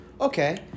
Okay